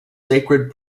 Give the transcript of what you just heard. sacred